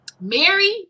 Mary